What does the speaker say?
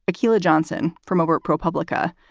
akilah johnson from over at propublica.